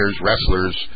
wrestlers